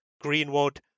greenwood